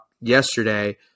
yesterday